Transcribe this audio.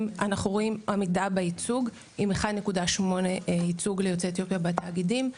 אנחנו רואים עמידה בייצוג עם 1.8 אחוזי ייצוג ליוצאי אתיופיה בתאגידים,